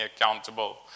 accountable